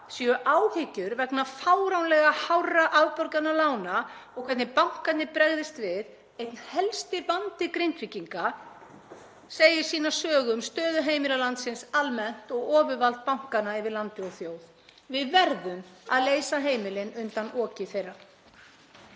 séu áhyggjur vegna fáránlega hárra afborgana lána og hvernig bankarnir bregðist við einn helsti vandi Grindvíkinga, segir sína sögu um stöðu heimila landsins almennt og ofurvald bankanna yfir landi og þjóð. Við verðum að leysa heimilin undan oki þeirra.